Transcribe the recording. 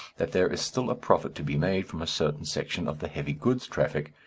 that there is still a profit to be made from a certain section of the heavy goods traffic,